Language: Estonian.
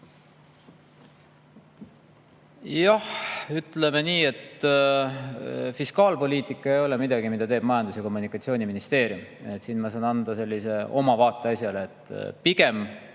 Jah, ütleme nii, et fiskaalpoliitika ei ole midagi, mida teeb Majandus- ja Kommunikatsiooniministeerium. Siin ma saan anda oma vaate asjale.